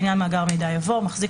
לעניין מאגר מידע" יבוא: ""מחזיק",